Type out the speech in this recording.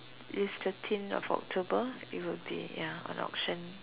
this thirteen of October it will be ya on auction